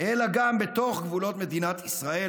אלא גם בתוך גבולות מדינת ישראל,